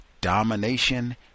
domination